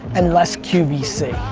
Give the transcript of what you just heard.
and less qvc.